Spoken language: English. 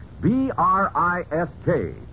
B-R-I-S-K